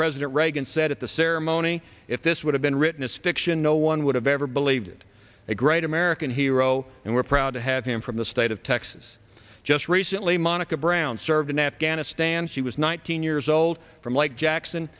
president reagan said at the ceremony if this would have been written as fiction no one would have ever believed it a great american hero and we're proud to have him from the state of texas just recently monica brown served in afghanistan she was nineteen years old from like jackson